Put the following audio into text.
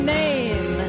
name